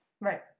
Right